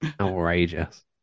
outrageous